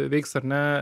veiks ar ne